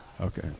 okay